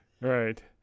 right